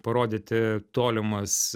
parodyti tolimas